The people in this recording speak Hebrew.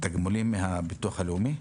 תגמולים מהביטוח הלאומי?